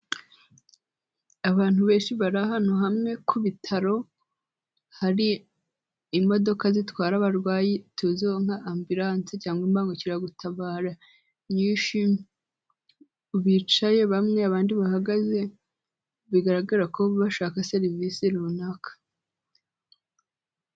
Abantu benshi bari ahano hamwe ku bitaro hari imodoka zitwara abarwayi tuziho nka ambiranse cyangwa imbangukiragutabara benshi bicaye bamwe abandi bahagaze bigaragara ko bashaka serivisi runaka.